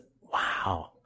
Wow